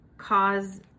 cause